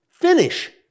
finish